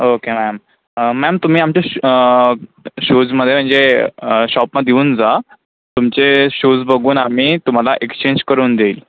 okay ma'am ma'am तुम्ही आमचे shoe शूजमध्ये म्हणजे शॉपमध्ये येऊन जा तुमजे शूज बघून आम्ही तुम्हाला एक्स्चेंज करून देईल